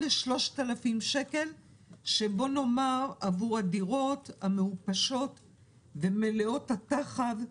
ל-3,000 שקל לדירות מעופשות ומלאות טחב.